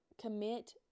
commit